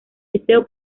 liceo